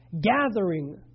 gathering